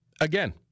again